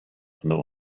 know